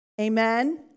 Amen